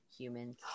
humans